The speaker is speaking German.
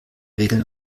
regeln